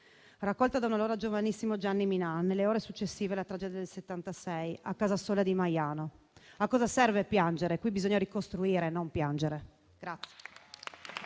raccolta dall'allora giovanissimo Gianni Minà nelle ore successive alla tragedia del 1976 a Casasola di Majano: a cosa serve piangere? Qui bisogna ricostruire e non piangere.